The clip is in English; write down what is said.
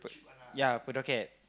ya per docket